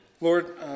Lord